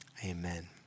Amen